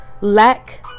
lack